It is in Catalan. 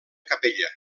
capella